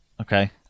Okay